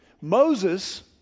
moses